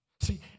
See